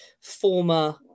former